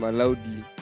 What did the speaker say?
loudly